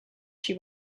she